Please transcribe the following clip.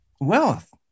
wealth